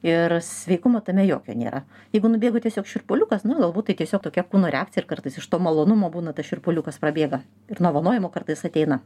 ir sveikumo tame jokio nėra jeigu nubėgo tiesiog šiurpuliukas nu galbūt tai tiesiog tokia kūno reakcija ir kartais iš to malonumo būna tas šiurpuliukas prabėga ir nuo vanojimo kartais ateina